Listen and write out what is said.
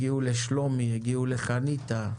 שלומי, חניתה.